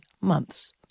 months